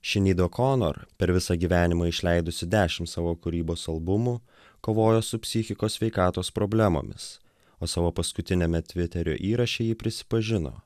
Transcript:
šinido konor per visą gyvenimą išleidusi dešim savo kūrybos albumų kovojo su psichikos sveikatos problemomis o savo paskutiniame tviterio įraše ji prisipažino